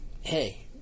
hey